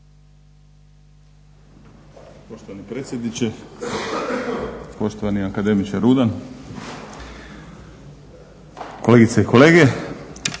Poštovani predsjedniče, poštovani akademiče Rudan, kolegice i kolege.